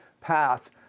path